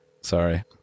Sorry